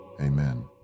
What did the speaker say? amen